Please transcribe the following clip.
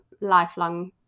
lifelong